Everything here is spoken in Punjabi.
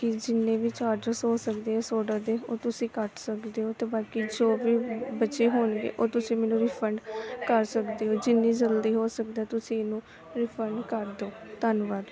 ਕਿ ਜਿੰਨੇ ਵੀ ਚਾਰਜਸ ਹੋ ਸਕਦੇ ਇਸ ਔਡਰ ਦੇ ਉਹ ਤੁਸੀਂ ਕੱਟ ਸਕਦੇ ਹੋ ਅਤੇ ਬਾਕੀ ਜੋ ਵੀ ਬਚੇ ਹੋਣਗੇ ਉਹ ਤੁਸੀਂ ਮੈਨੂੰ ਵੀ ਰਿਫੰਡ ਕਰ ਸਕਦੇ ਹੋ ਜਿੰਨੀ ਜਲਦੀ ਹੋ ਸਕਦਾ ਤੁਸੀਂ ਇਹਨੂੰ ਰਿਫੰਡ ਕਰ ਦਿਓ ਧੰਨਵਾਦ